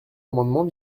amendements